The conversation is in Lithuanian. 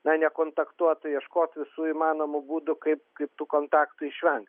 na nekontaktuotų ieškot visų įmanomų būdų kaip kaip tų kontaktų išvengt